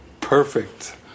perfect